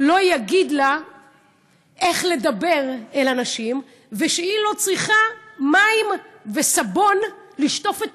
לא יגיד לה איך לדבר אל אנשים ושהיא לא צריכה מים וסבון לשטוף את